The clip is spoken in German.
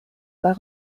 war